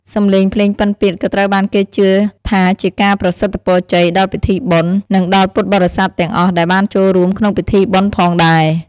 សំឡេងភ្លេងពិណពាទ្យក៏ត្រូវបានគេជឿថាជាការប្រសិទ្ធពរជ័យដល់ពិធីបុណ្យ និងដល់ពុទ្ធបរិស័ទទាំងអស់ដែលបានចូលរួមក្នុងពិធីបុណ្យផងដែរ។